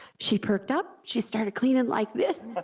she perked up, she started cleaning like this,